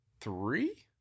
three